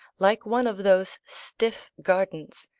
like one of those stiff gardens,